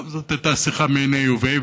טוב, זאת הייתה שיחה מיניה וביה.